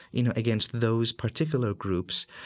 you know, against those particular groups,